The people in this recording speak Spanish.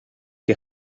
que